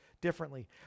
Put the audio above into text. differently